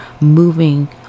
moving